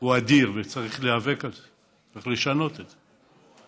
הוא אדיר, וצריך להיאבק על זה, צריך לשנות את זה.